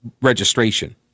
registration